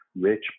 rich